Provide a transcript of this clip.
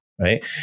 right